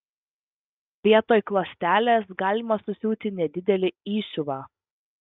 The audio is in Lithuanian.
vietoj klostelės galima susiūti nedidelį įsiuvą